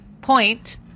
point